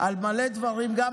על דברים רבים,